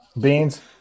Beans